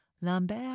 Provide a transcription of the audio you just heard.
Lambert